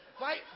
Right